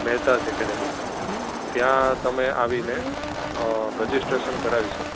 Mehta's academy ત્યાં તમે આવીને રજીસ્ટ્રેશન કરાવી શકો